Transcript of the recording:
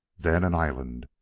then an island,